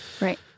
Right